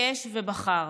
ביקש ובחר,